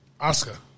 Oscar